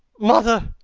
mother!